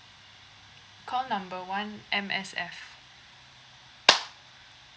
call number one M_S_F